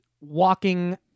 walking